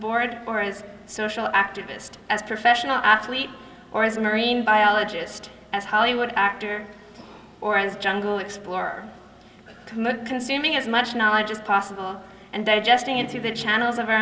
board or as social activist as professional athlete or as a marine biologist as hollywood actor or as jungle explorer consuming as much knowledge as possible and digesting it through the channels of our